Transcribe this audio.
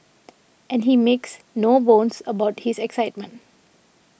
and he makes no bones about his excitement